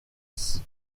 this